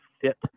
fit